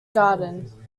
garden